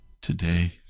Today